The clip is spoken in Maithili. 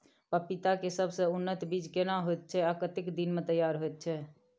पपीता के सबसे उन्नत बीज केना होयत छै, आ कतेक दिन में तैयार होयत छै?